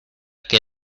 que